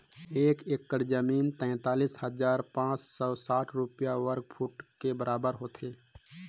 एक एकड़ जमीन तैंतालीस हजार पांच सौ साठ वर्ग फुट के बराबर होथे